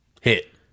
Hit